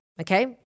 Okay